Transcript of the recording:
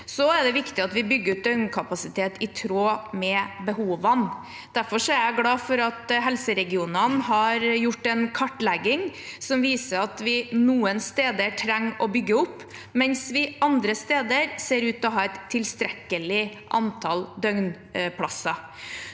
Det er viktig at vi bygger ut døgnkapasitet i tråd med behovene. Derfor er jeg er glad for at helseregionene har gjort en kartlegging som viser at vi noen steder trenger å bygge opp, mens vi andre steder ser ut til å ha et tilstrekkelig antall døgnplasser.